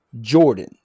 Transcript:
Jordan